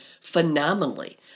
phenomenally